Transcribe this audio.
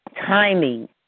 timing